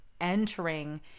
entering